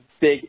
big